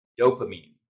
dopamine